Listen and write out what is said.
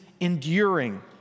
enduring